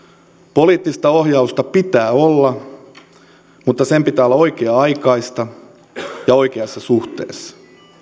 poliittista ohjausta pitää olla mutta sen pitää olla oikea aikaista ja oikeassa suhteessa